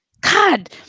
God